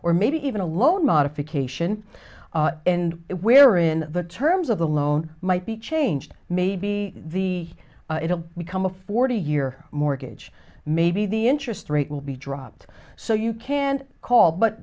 or maybe even a loan modification and where in the terms of the loan might be changed maybe the it will become a forty year mortgage maybe the interest rate will be dropped so you can call but